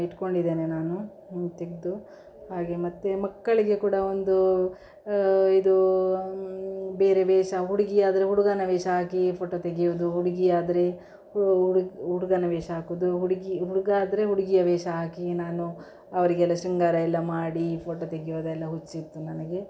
ಇಟ್ಕೊಂಡಿದ್ದೇನೆ ನಾನು ತೆಗೆದು ಹಾಗೆ ಮತ್ತು ಮಕ್ಕಳಿಗೆ ಕೂಡ ಒಂದು ಇದು ಬೇರೆ ವೇಷ ಹುಡುಗಿಯಾದರೆ ಹುಡುಗನ ವೇಷ ಹಾಕಿ ಫೋಟೊ ತೆಗೆಯುವುದು ಹುಡುಗಿಯಾದರೆ ಹುಡುಗನ ವೇಷ ಹಾಕುದು ಹುಡುಗಿ ಹುಡುಗ ಆದರೆ ಹುಡುಗಿಯ ವೇಷ ಹಾಕಿ ನಾನು ಅವರಿಗೆಲ್ಲ ಶೃಂಗಾರ ಎಲ್ಲ ಮಾಡಿ ಫೋಟೊ ತೆಗೆಯೋದೆಲ್ಲ ಹುಚ್ಚಿತ್ತು ನನಗೆ